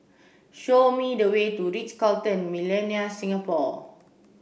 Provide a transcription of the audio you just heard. show me the way to The Ritz Carlton Millenia Singapore